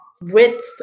width